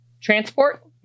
transport